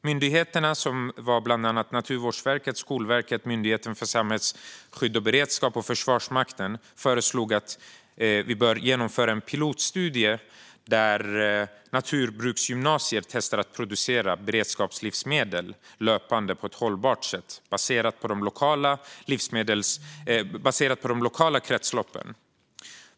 Myndigheterna, bland andra Naturvårdsverket, Skolverket, Myndigheten för samhällsskydd och beredskap och Försvarsmakten, föreslog att en pilotstudie bör genomföras där naturbruksgymnasier testar att löpande producera beredskapslivsmedel på ett hållbart sätt baserat på de lokala kretsloppen.